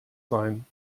sein